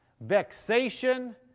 vexation